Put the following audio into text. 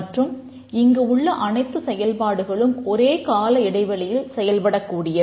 மற்றும் இங்கு உள்ள அனைத்து செயல்பாடுகளும் ஒரே கால இடைவெளியில் செயல்படக் கூடியவை